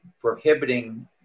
prohibiting